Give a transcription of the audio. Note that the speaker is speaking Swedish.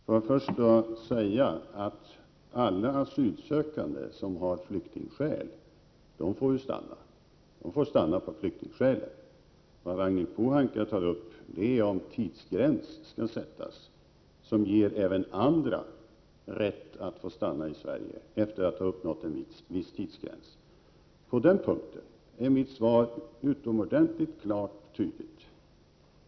Herr talman! Låt mig först säga att alla asylsökande som har flyktingskäl får stanna. De får stanna på flyktingskälen. Vad Ragnhild Pohanka tar upp är om en tidsgräns skall sättas som ger även andra rätt att få stanna i Sverige efter att ha uppnått en viss tidsgräns. På den punkten är mitt svar utomordentligt klart och tydligt.